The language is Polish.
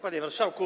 Panie Marszałku!